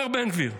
אומר בן גביר.